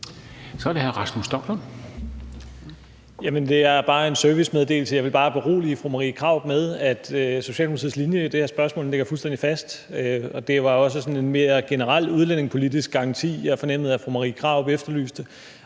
Kl. 16:42 Rasmus Stoklund (S): Jamen det er bare en servicemeddelelse. Jeg vil bare berolige fru Marie Krarup med, at Socialdemokratiets linje i det her spørgsmål ligger fuldstændig fast. Og den står ikke til forhandling – det var også sådan en mere generel udlændingepolitisk garanti, som jeg fornemmede at fru Marie Krarup efterlyste.